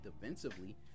defensively